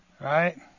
Right